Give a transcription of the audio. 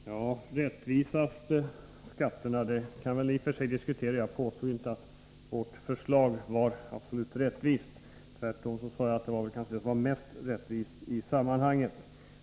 Herr talman! Hur de rättvisaste skatterna skall se ut kan vi väl i och för sig diskutera. Jag påstod inte att vårt förslag var absolut rättvist; tvärtom sade jag att det kanske var det mest rättvisa i sammanhanget.